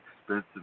expensive